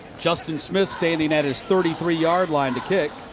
justyn smith standing at his thirty three yard line to kick.